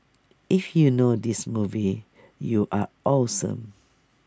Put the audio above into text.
if you know this movie you are awesome